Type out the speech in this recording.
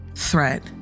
threat